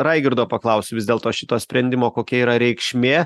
raigirdo paklausiu vis dėlto šito sprendimo kokia yra reikšmė